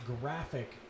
graphic